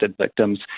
victims